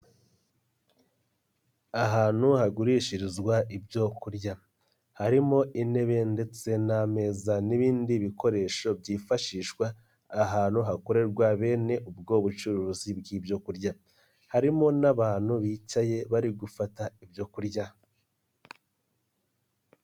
Ahantu hagurishirizwa ibyo kurya harimo intebe ndetse n'ameza n'ibindi bikoresho byifashishwa ahantu hakorerwa bene ubwo bucuruzi bw'ibyo kurya, harimo n'abantu bicaye bari gufata ibyo kurya.